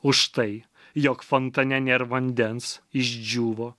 už tai jog fontane nėr vandens išdžiūvo